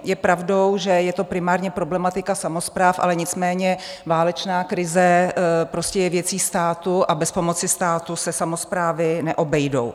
Je pravdou, že je to primárně problematika samospráv, ale nicméně válečná krize prostě je věcí státu a bez pomoci státu se samosprávy neobejdou.